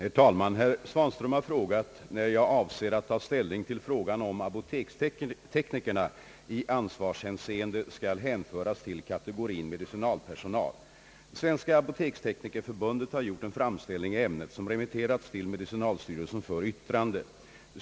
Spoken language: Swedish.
Herr talman! Herr Svanström har frågat när jag avser att ta ställning till frågan om apoteksteknikerna i ansvarshänseende skall hänföras till kategorin medicinalpersonal. Svenska apoteksteknikerförbundet har gjort en framställning i ämnet, som remitterats till medicinalstyrelsen för yttrande.